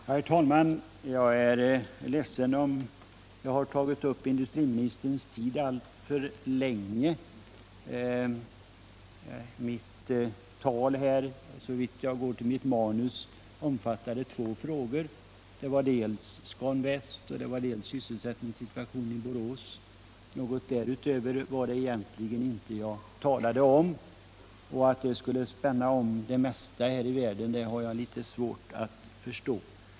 Herr talman! Jag är ledsen om jag har tagit alltför mycket av industriministerns tid. Såvitt jag kan döma av mitt manus gällde mitt anförande två frågor, dels Scan Väst, dels sysselsättningssituationen i Borås. Något därutöver var det egentligen inte som jag talade om. Att talet skulle spänna om det mesta här i världen har jag litet svårt att förstå.